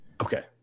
Okay